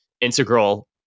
integral